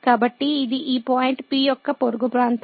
కాబట్టి ఇది ఈ పాయింట్ P యొక్క పొరుగు ప్రాంతం